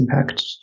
impact